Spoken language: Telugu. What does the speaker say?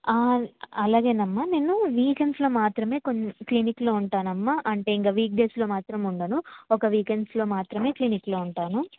అలాగేనమ్మా నేను వీకెండ్స్లో మాత్రమే కొన్ని క్లినిక్లో ఉంటానమ్మా అంటే ఇంక వీక్డేస్లో మాత్రం ఉండను ఒక వీకెండ్స్లో మాత్రమే క్లినిక్లో ఉంటాను